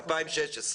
ב-2016.